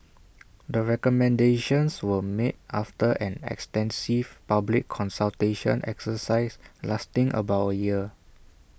the recommendations were made after an extensive public consultation exercise lasting about A year